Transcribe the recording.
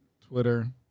Twitter